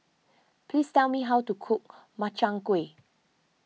please tell me how to cook Makchang Gui